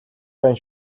байна